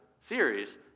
series